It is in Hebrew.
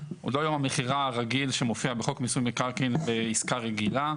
הוא לא יום המכירה הרגיל שמופיע בחוק מיסוי מקרקעין בעסקה רגילה,